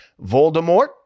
Voldemort